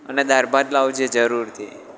અને દાળ ભાત લાવજે જરૂરથી